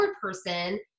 person